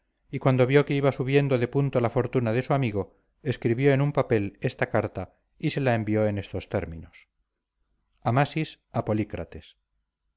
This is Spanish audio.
y cuando vio que iba subiendo de punto la fortuna de su amigo escribió en un papel esta carta y se la envió en estos términos amasis a